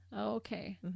Okay